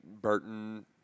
Burton –